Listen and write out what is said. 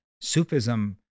Sufism